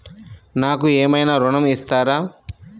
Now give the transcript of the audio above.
నాకు ఏమైనా ఋణం ఇస్తారా?